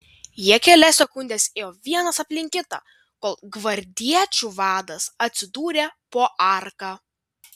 jie kelias sekundes ėjo vienas aplink kitą kol gvardiečių vadas atsidūrė po arka